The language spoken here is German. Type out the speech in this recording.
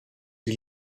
die